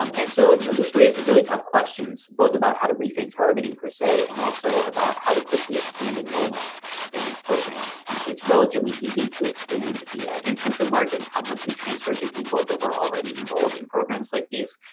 um and so, you know this raises really tough questions, both about how to rethink targeting per se, and also about how to quickly expand enrollment in these programs. um it's relatively easy to expand the intensive margin, how much we transfer it to people that were already enrolled in programs like these,